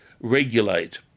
regulate